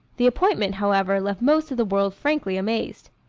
the appointment, however, left most of the world frankly amazed.